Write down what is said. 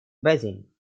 basin